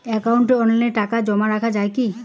একাউন্টে অনলাইনে টাকা জমা রাখা য়ায় কি?